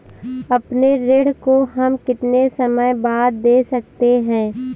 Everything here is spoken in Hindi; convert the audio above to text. अपने ऋण को हम कितने समय बाद दे सकते हैं?